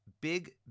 big